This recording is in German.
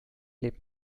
lebt